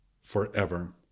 forever